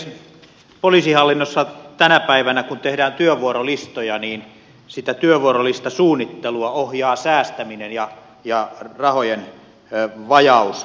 kun poliisihallinnossa tänä päivänä tehdään työvuorolistoja niin sitä työvuorolistasuunnittelua ohjaa säästäminen ja rahojen vajaus